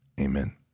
Amen